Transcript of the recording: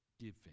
giving